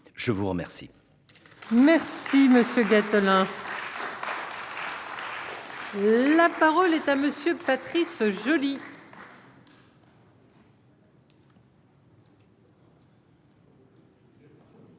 je vous remercie